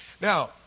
Now